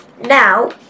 Now